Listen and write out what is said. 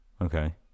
okay